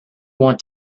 want